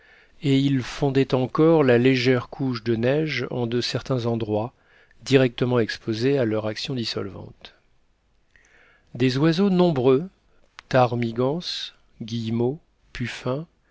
et ils fondaient encore la légère couche de neige en de certains endroits directement exposés à leur action dissolvante des oiseaux nombreux ptarmigans guillemots puffins des